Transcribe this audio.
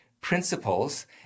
principles